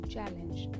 challenge